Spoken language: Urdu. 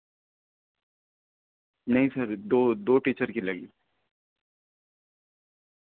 نہیں سر دو دو ٹیچر کی لگی